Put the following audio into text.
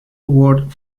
award